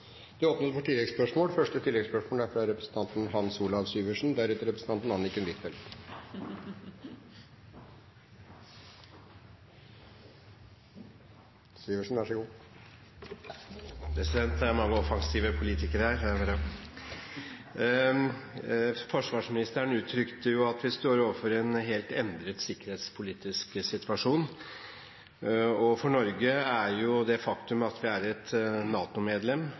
Det blir oppfølgingsspørsmål – først Hans Olav Syversen. Det er mange offensive politikere her. Forsvarsministeren uttrykte at vi står overfor en helt endret sikkerhetspolitisk situasjon. For Norge er det et faktum at vi er NATO-medlem. Det er, og har siden 1949 vært, en hjørnestein i norsk forsvars- og sikkerhetspolitikk. I 2010 vedtok NATO et